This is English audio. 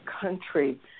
country